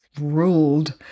ruled